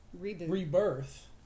rebirth